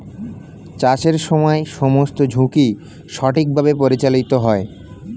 চাষের সময় সমস্ত ঝুঁকি সঠিকভাবে পরিচালিত হয়